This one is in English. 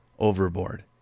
Overboard